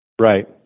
Right